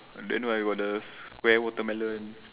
then what about the square watermelon